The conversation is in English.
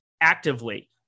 actively